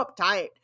uptight